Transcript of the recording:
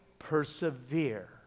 persevere